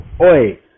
Oi